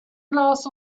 glass